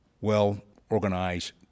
well-organized